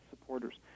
supporters